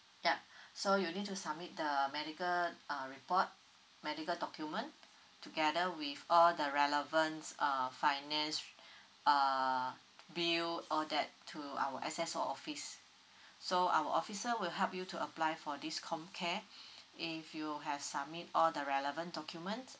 ya so you need to submit the medical uh report medical document together with all the relevance uh finance uh bill all that to our S_S_O office so our officer will help you to apply for this COMCARE if you have submit all the relevant documents